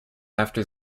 after